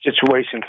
situation